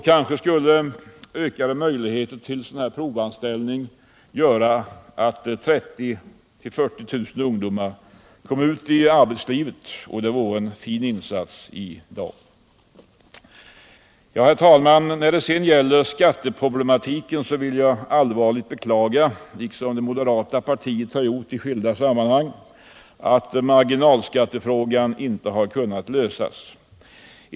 Kanske skulle ökade möjligheter till provanställning göra att 30 000 av 40 000 ungdomar kom ut i arbetslivet, och det vore en fin insats i dag. Herr talman! När det gäller skatteproblematiken vill jag, liksom moderata samlingspartiet har gjort i skilda sammanhang, allvarligt beklaga att marginalskattefrågan inte lösts.